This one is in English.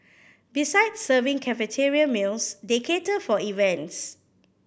besides serving cafeteria meals they cater for events